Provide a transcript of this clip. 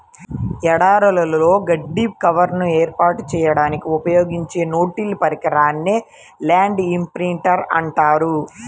ఎడారులలో గడ్డి కవర్ను ఏర్పాటు చేయడానికి ఉపయోగించే నో టిల్ పరికరాన్నే ల్యాండ్ ఇంప్రింటర్ అంటారు